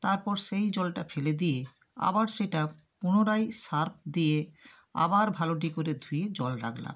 তারপর সেই জলটা ফেলে দিয়ে আবার সেটা পুনরায় সার্ফ দিয়ে আবার ভালোটি করে ধুয়ে জল রাখলাম